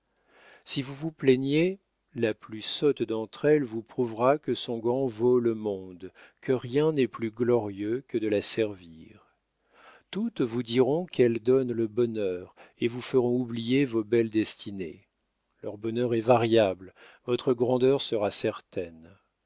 si vous vous plaignez la plus sotte d'entre elles vous prouvera que son gant vaut le monde que rien n'est plus glorieux que de la servir toutes vous diront qu'elles donnent le bonheur et vous feront oublier vos belles destinées leur bonheur est variable votre grandeur sera certaine